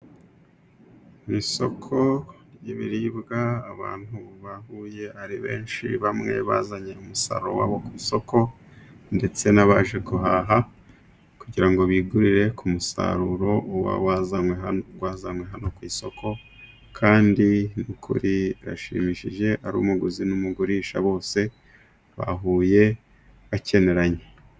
Mu isoko ry'ibiribwa abantu bahuye ari benshi bamwe bazanye umusaruro wabo ku isoko ndetse nabaje guhaha kugira ngo bigurire ku musaruro uba wazanywe hano ku isoko kandi ni ukuri birashimishije, ari umuguzi n'umugurisha bose bahuye bakeneranye.